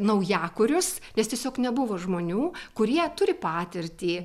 naujakurius nes tiesiog nebuvo žmonių kurie turi patirtį